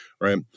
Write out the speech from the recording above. right